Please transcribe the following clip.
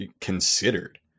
considered